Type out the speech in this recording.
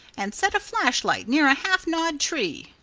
and set a flashlight near a half gnawed tree.